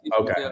okay